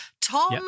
Tom